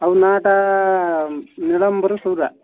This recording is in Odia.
ଆଉ ନାଁ ଟା ନୀଳାମ୍ବର ସୌଉରା